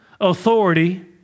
authority